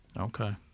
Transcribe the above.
Okay